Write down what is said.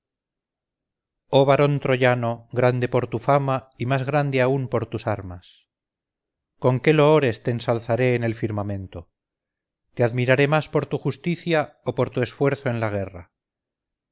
varón troyano grande por tu fama y más grande aún por tus armas con qué loores te ensalzaré en el firmamento te admiraré más por tu justicia o por tu esfuerzo en la guerra